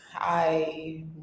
I-